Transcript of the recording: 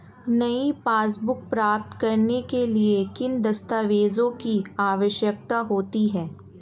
नई पासबुक प्राप्त करने के लिए किन दस्तावेज़ों की आवश्यकता होती है?